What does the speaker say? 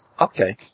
okay